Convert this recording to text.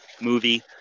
movie